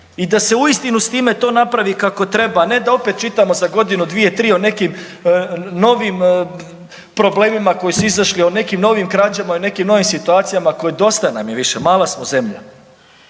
i da se uistinu s time to napravi kako treba, a ne da opet čitamo za godinu, dvije, tri o nekim novim problemima koji su izašli, o nekim novim krađama i o nekim novim situacijama koje dosta nam je više mala smo zemlja.